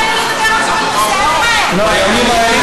יש משהו שהוא דווקא נוגע אליך, אדוני היושב-ראש.